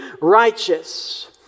righteous